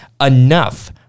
enough